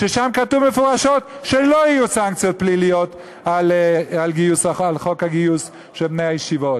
ששם כתוב מפורשות שלא יהיו סנקציות פליליות בחוק הגיוס של בני הישיבות.